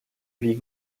vie